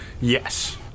Yes